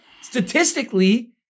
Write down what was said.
statistically